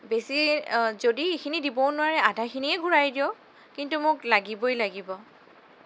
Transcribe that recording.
বেছি যদি সেইখিনি দিবও নোৱাৰে আধাখিনিয়ে ঘূৰাই দিয়ক কিন্তু মোক লাগিবই লাগিব